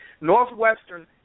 Northwestern